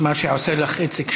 מה שעושה לך איציק שמולי,